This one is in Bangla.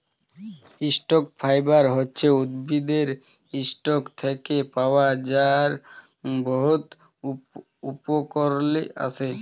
ইসটক ফাইবার হছে উদ্ভিদের ইসটক থ্যাকে পাওয়া যার বহুত উপকরলে আসে